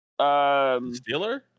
Steeler